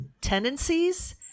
tendencies